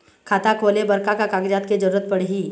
खाता खोले बर का का कागजात के जरूरत पड़ही?